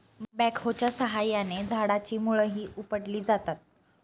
बॅकहोच्या साहाय्याने झाडाची मुळंही उपटली जातात